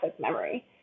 memory